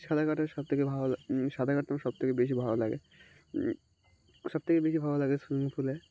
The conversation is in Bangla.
সাঁতার কাটতে সবথেকে ভালো সাঁতার কাটতে আমার সব থেকে বেশি ভালো লাগে সবথেকে বেশি ভালো লাগে সুইমিং পুলে